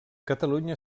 catalunya